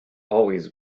always